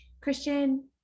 Christian